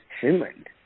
Finland